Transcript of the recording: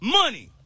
money